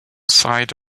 side